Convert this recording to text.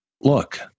look